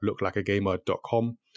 looklikeagamer.com